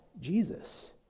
Jesus